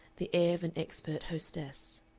the air of an expert hostess.